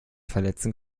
verletzen